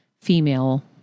female